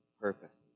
purpose